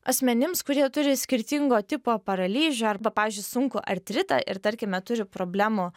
asmenims kurie turi skirtingo tipo paralyžių arba pavyzdžiui sunkų artritą ir tarkime turi problemų